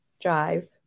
drive